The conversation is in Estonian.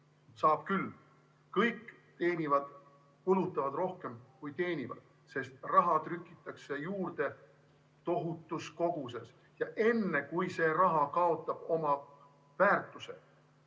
Saab küll. Kõik kulutavad rohkem, kui teenivad, sest raha trükitakse juurde tohutus koguses. Enne, kui see raha kaotab oma väärtuse,